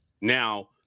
Now